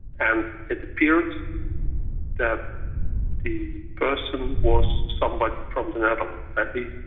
and it appears that the person was somebody from the netherlands. at least,